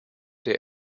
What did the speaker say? der